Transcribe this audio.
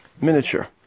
miniature